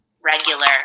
regular